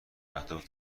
اهداف